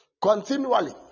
continually